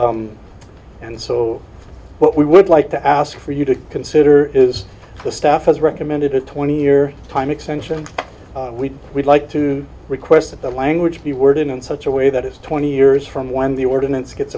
and and so what we would like to ask for you to consider is the staff has recommended a twenty year time extension we would like to request that the language be worded in such a way that is twenty years from when the ordinance gets